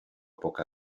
poca